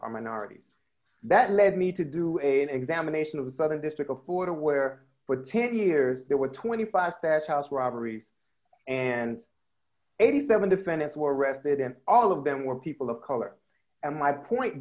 are minorities that led me to do an examination of the southern district of florida where for ten years there were twenty five staff house robberies and eighty seven defendants were arrested and all of them were people of color and my point